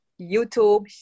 YouTube